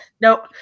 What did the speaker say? nope